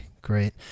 great